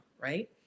right